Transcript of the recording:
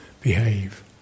behave